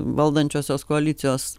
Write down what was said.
valdančiosios koalicijos